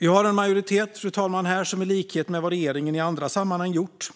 Vi har en majoritet här som i likhet med vad regeringen i andra sammanhang har gjort